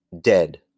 dead